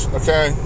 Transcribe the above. okay